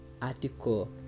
Article